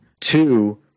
two